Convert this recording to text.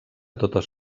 totes